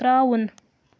ترٛاوُن